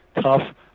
tough